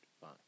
Fine